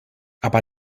aber